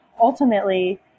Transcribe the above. ultimately